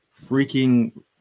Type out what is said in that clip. freaking